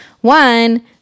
one